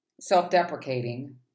self-deprecating